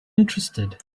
interested